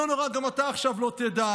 לא נורא, עכשיו גם אתה לא תדע.